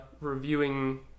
reviewing